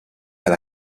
alla